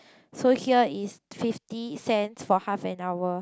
so here is fifty cents for half an hour